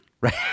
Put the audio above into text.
Right